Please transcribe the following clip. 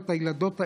את הילדות האלה,